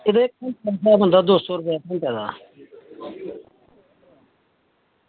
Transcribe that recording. एह् दौ सौ रपेआ घैंटे दा